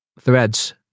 Threads